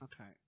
Okay